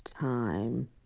time